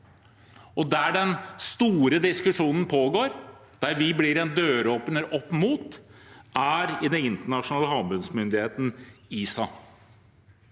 Der den store diskusjonen pågår, der vi blir en døråpner, er i Den internasjonale havbunnsmyndigheten, ISA,